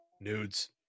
Nudes